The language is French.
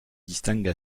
distingue